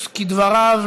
כדבריו,